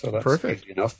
Perfect